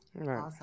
Awesome